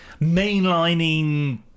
mainlining